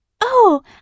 Oh